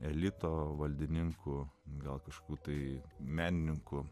elito valdininkų gal kažkur tai menininku